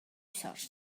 such